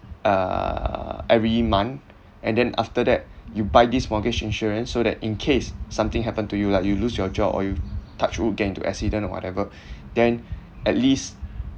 uh every month and then after that you buy this mortgage insurance so that in case something happened to you like you lose your job or you touch wood get into accident or whatever then at least